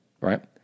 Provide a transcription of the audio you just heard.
right